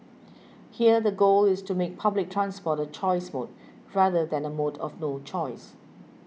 here the goal is to make public transport a choice mode rather than the mode of no choice